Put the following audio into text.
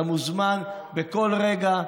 אתה מוזמן בכל רגע,